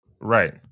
right